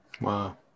Wow